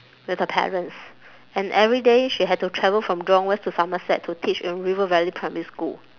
with her parents and everyday she had to travel from jurong west to somerset to teach in river valley primary school